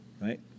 right